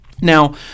Now